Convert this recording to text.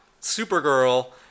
Supergirl